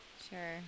Sure